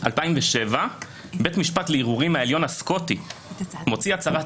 2007 בית משפט לערעורים העליון הסקוטי מוציא הצהרת